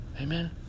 Amen